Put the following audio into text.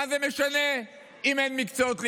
מה זה משנה אם אין מקצועות ליבה?